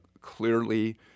clearly